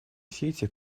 сети